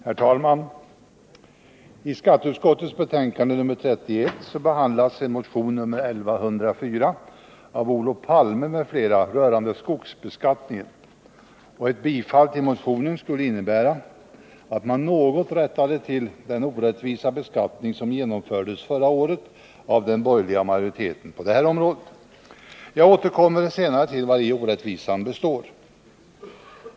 Herr talman! I skatteutskottets betänkande nr 31 behändlas en motion nr 1104 av Olof Palme m.fl. rörande skogsbeskattningen. Ett bifall till motionen skulle innebära att man något rättade till den orättvisa beskattning som genomfördes förra året av den borgerliga majoriteten. Jag återkommer senare till vari orättvisan består.